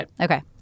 Okay